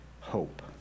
hope